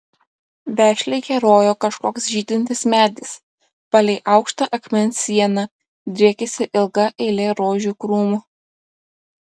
vešliai kerojo kažkoks žydintis medis palei aukštą akmens sieną driekėsi ilga eilė rožių krūmų